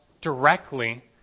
directly